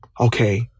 Okay